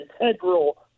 integral